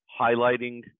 highlighting